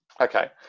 Okay